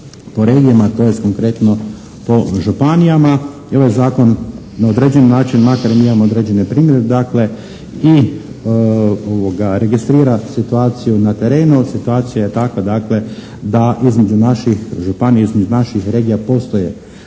po regijama tj. konkretno po županijama. I ovaj zakon na određeni način makar mi imamo određene primjedbe dakle i registrira situaciju na terenu. Situacija je takva dakle da između naših županija, između naših regija postoje